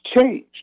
changed